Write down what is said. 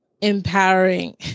empowering